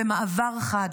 במעבר חד,